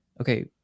Okay